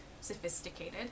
sophisticated